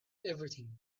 everything